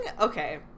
Okay